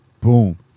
boom